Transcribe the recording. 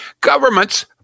governments